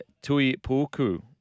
Tui-Puku